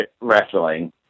wrestling